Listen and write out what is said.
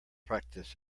practice